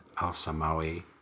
al-Samawi